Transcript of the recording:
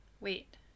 wait